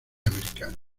americano